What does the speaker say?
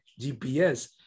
GPS